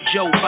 Joe